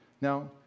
Now